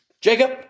Jacob